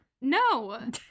No